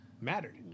mattered